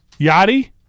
Yachty